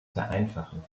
vereinfachen